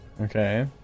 okay